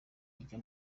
ijya